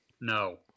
No